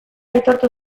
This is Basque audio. aitortu